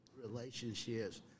relationships